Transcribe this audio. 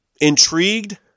intrigued